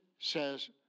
Says